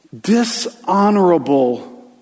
dishonorable